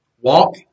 walk